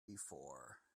before